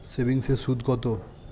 সেভিংসে সুদ কত?